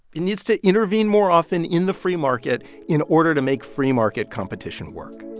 it needs to intervene more often in the free market in order to make free market competition work